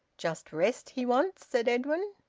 just rest he wants? said edwin.